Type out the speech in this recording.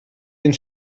den